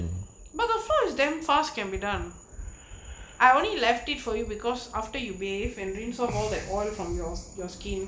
but the floor is damn fast can be done I only left it for you because after you bathe and dreams of all that oil from yours your skin